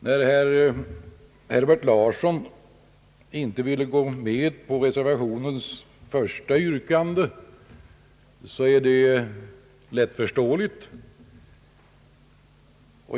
När herr Herbert Larsson inte vill gå med på yrkandet i reservationens första punkt, är detta lättförståeligt.